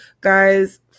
guys